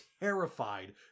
terrified